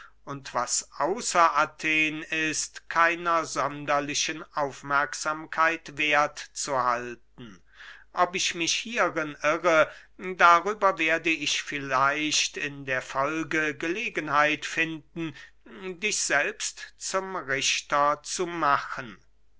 und was außer athen ist keiner sonderlichen aufmerksamkeit werth zu halten ob ich mich hierin irre darüber werde ich vielleicht in der folge gelegenheit finden dich selbst zum richter zu machen